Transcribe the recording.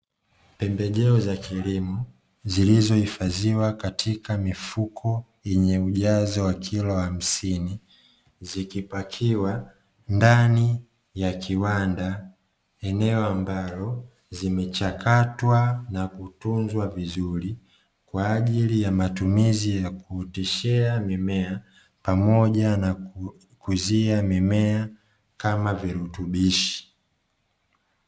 Pembejeo za kilimo zilizohifadhiwa katika mifuko yenye ujazo wa kilo hamsini, zikipakiwa ndani ya kiwanda eneo ambalo zimechakatwa na kutunzwa vizuri kwa ajili ya matumizi yakuoteshea mimea pamoja nakukuzia mimea kama virutubishi.